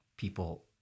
people